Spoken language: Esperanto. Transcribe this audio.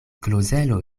klozelo